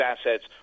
assets